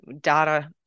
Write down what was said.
data